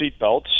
seatbelts